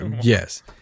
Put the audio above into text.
yes